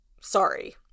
Sorry